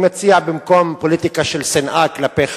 אני מציע במקום פוליטיקה של שנאה כלפי